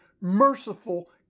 merciful